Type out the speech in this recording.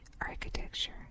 architecture